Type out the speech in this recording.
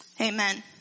Amen